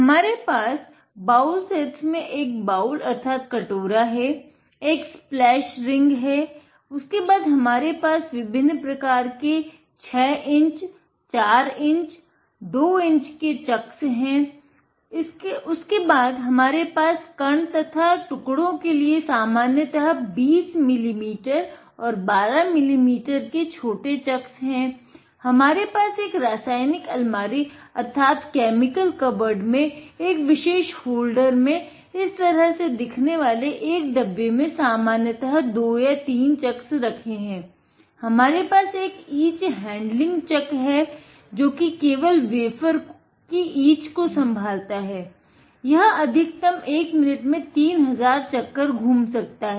हमारे पास bowl sets है